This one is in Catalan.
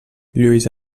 lluís